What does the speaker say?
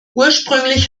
ursprünglich